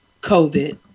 COVID